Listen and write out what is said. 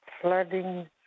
flooding